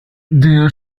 der